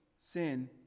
sin